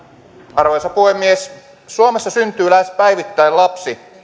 arvoisa puhemies suomessa syntyy lähes päivittäin lapsi